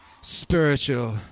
spiritual